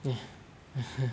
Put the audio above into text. mm